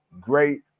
Great